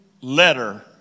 letter